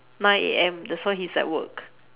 nine A_M that's why he's at work